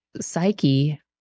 psyche